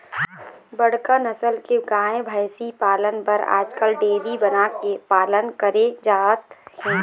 बड़का नसल के गाय, भइसी पालन बर आजकाल डेयरी बना के पालन करे जावत हे